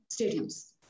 stadiums